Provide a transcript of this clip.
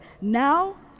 Now